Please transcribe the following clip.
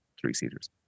three-seaters